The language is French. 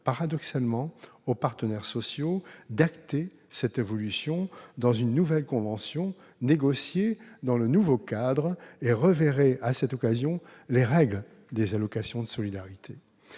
paradoxalement aux partenaires sociaux d'acter cette évolution dans une nouvelle convention négociée dans le nouveau cadre et reverrait à cette occasion les règles des allocations de solidarité.